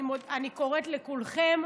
אני קוראת לכולכם,